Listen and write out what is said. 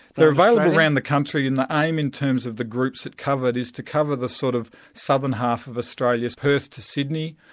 they're available round the country, and the aim in terms of the groups it covered is to cover the sort of southern half of australia, perth to sydney,